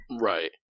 Right